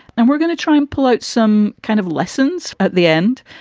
and we're gonna try and pull out some kind of lessons at the end.